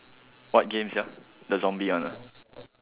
what game the zombie one